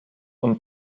und